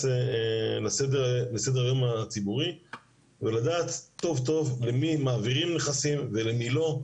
לסדר היום הציבורי ולדעת טוב טוב למי מעבירים נכסים ולמי לא,